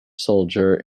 soldier